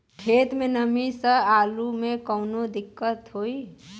खेत मे नमी स आलू मे कऊनो दिक्कत होई?